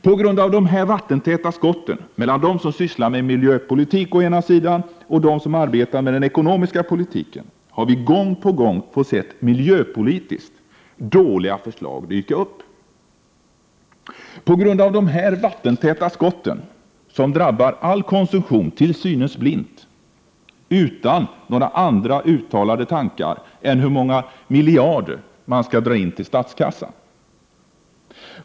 På grund av de här vattentäta skotten mellan dem som sysslar med miljöpolitik och dem som arbetar med den ekonomiska politiken har vi gång på gång fått se miljöpolitiskt dåliga förslag dyka upp. På grund av de här vattentäta skotten får vi åtstramningsförslag, som drabbar all konsumtion till synes blint, utan några uttalade tankar om annat än hur många miljarder man drar in till statskassan.